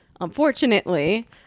unfortunately